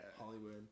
Hollywood